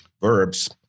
verbs